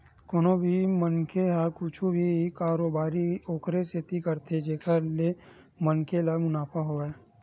कोनो भी मनखे ह कुछु भी कारोबारी ओखरे सेती करथे जेखर ले मनखे ल मुनाफा होवय